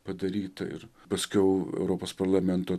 padaryta ir paskiau europos parlamento